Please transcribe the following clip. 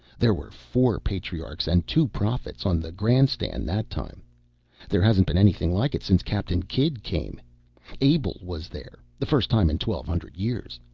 there were four patriarchs and two prophets on the grand stand that time there hasn't been anything like it since captain kidd came abel was there the first time in twelve hundred years.